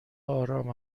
آرام